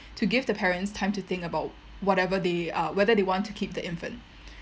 to give the parents time to think about whatever they uh whether they want to keep the infant